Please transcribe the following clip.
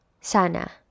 Sana